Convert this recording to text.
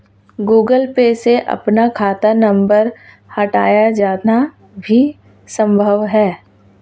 Google Pay से अपना खाता नंबर हटाया जाना भी संभव है